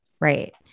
Right